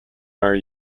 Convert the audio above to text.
are